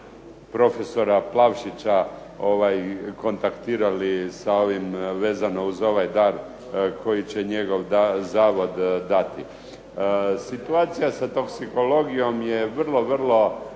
profesora Plavšića kontaktirali vezano uz ovaj dar koji će njegov zavod dati. Situacija sa toksikologijom je vrlo, vrlo